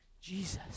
Jesus